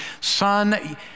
son